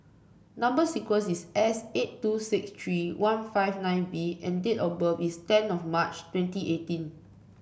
number sequence is S eight two six three one five nine V and date of birth is ten of March twenty eighteen